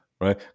right